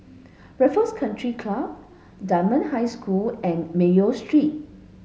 Raffles Country Club Dunman High School and Mayo Street